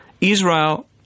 Israel